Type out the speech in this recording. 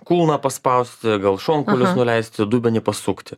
kūną paspausti gal šonkaulius nuleisti dubenį pasukti